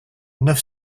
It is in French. neuf